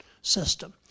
system